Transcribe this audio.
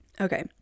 okay